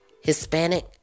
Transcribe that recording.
Hispanic